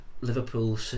Liverpool